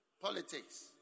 politics